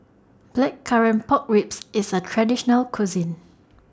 Blackcurrant Pork Ribs IS A Traditional Cuisine